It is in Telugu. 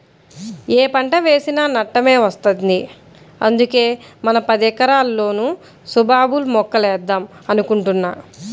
యే పంట వేసినా నష్టమే వత్తంది, అందుకే మన పదెకరాల్లోనూ సుబాబుల్ మొక్కలేద్దాం అనుకుంటున్నా